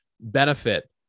benefit